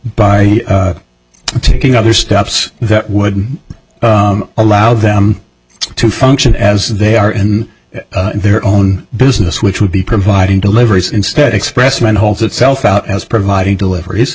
y taking other steps that would allow them to function as they are in their own business which would be providing deliveries instead expressman holds itself out as providing deliveries